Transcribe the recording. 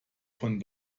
von